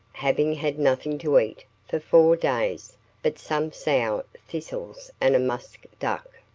having had nothing to eat for four days but some sow thistles and a musk duck,